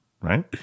right